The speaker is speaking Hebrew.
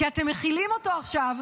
כי אתם מכילים אותו עכשיו.